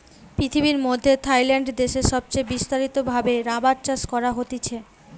পৃথিবীর মধ্যে থাইল্যান্ড দেশে সবচে বিস্তারিত ভাবে রাবার চাষ করা হতিছে